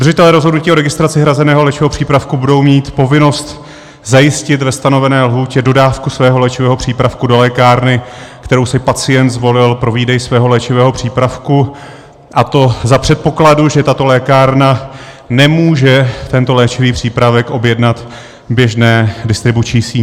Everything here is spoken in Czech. Držitelé rozhodnutí o registraci hrazeného léčivého přípravku budou mít povinnost zajistit ve stanovené lhůtě dodávku svého léčivého přípravku do lékárny, kterou si pacient zvolil pro výdej svého léčivého přípravku, a to za předpokladu, že tato lékárna nemůže tento léčivý přípravek objednat v běžné distribuční síti.